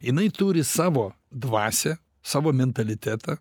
jinai turi savo dvasią savo mentalitetą